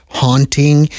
haunting